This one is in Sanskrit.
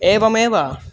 एवमेव